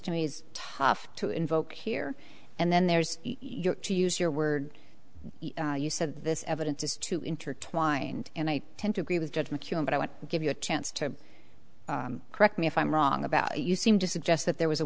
to me is tough to invoke here and then there's your to use your word you said this evidence is too intertwined and i tend to agree with judge mckeown but i want to give you a chance to correct me if i'm wrong about you seem to suggest that there was a